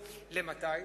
למתי?